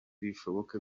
bishoboke